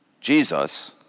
Jesus